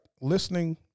listening